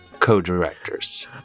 co-directors